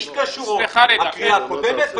יש שתי שורות קריאה קודמת,